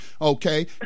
okay